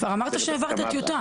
כבר אמרת שהעברת טיוטה.